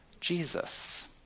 Jesus